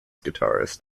guitarist